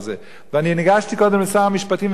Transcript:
ואני ניגשתי קודם לשר המשפטים ומחיתי.